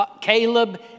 Caleb